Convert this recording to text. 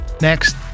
Next